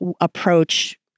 approach